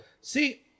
See